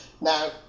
Now